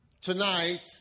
tonight